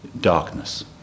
Darkness